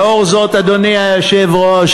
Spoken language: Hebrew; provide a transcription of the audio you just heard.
לאור זאת, אדוני היושב-ראש,